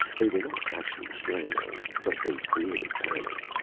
they were not actually strangling, but they created panic.